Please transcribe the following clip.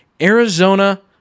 arizona